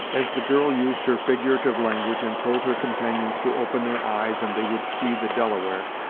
as the girl used her figurative language and told her companions to open their eyes, and they would see the delaware,